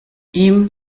ihm